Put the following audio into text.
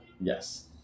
Yes